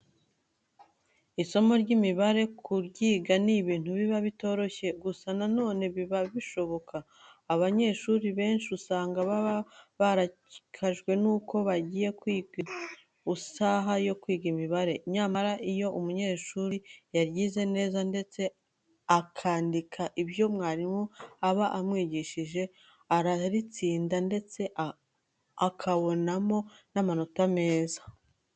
Isomo ry'imibare kuryiga ni ibintu biba bitoroshye, gusa na none biba bishoboka. Abanyeshuri benshi usanga baba barakajwe nuko bagiye kwinjira mu isaha yo kwiga imibare. Nyamara, iyo umunyeshuri yaryize neza ndetse akandika ibyo mwarimu aba yamwigishije, araritsinda ndetse akabonamo n'amanota meza.